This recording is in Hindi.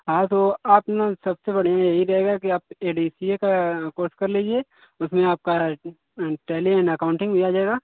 हाँ तो आप न सबसे बढ़िया यही रहेगा की आप ए डी सी ए का कोर्स कर लीजिए उसमे आपका I I T tally and accounting लिया जाएगा